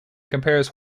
compares